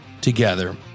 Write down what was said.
together